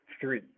three